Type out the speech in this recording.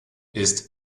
ist